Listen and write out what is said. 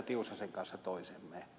tiusasen kanssa toisemme